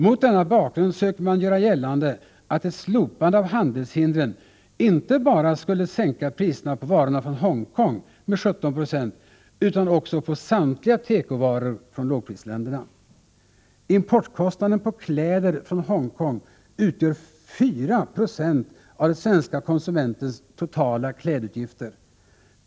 Mot denna bakgrund söker man göra gällande att ett slopande av handelshindren skulle sänka priserna inte bara på varorna från Hongkong med 17 96 utan också på samtliga tekovaror från lågprisländerna. Importkostnaden på kläder från Hongkong utgör 496 av de svenska konsumenternas totala klädutgifter.